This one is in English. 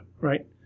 right